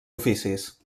oficis